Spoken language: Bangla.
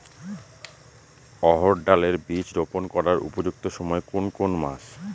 অড়হড় ডাল এর বীজ রোপন করার উপযুক্ত সময় কোন কোন মাস?